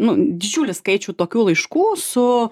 nu didžiulį skaičių tokių laiškų su